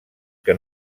que